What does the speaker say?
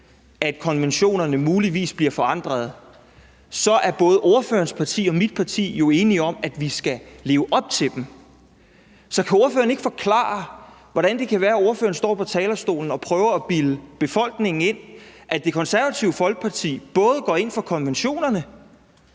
konventionerne muligvis bliver forandret, skal leve op til dem. Så kan ordføreren ikke forklare, hvordan det kan være, at ordføreren står på talerstolen og prøver at bilde befolkningen ind, at Det Konservative Folkeparti både går ind for konventionerne,